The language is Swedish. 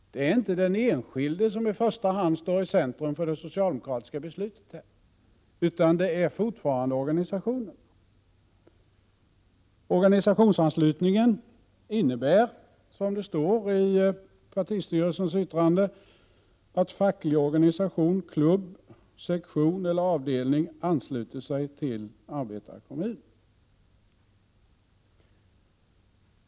Det är inte i första hand den enskilde som står i centrum för det socialdemokratiska beslutet utan fortfarande organisationerna. Organisationsanslutningen innebär, som det står i partistyrelsens yttrande, att ”facklig organisation, klubb, sektion eller avdelning ansluter sig till arbetarkommun”.